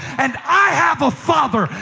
and i have a father,